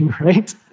right